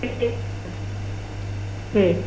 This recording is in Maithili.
के के छथिन के